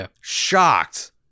shocked